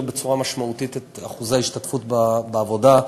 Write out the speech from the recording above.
בצורה משמעותית את אחוזי ההשתתפות בעבודה,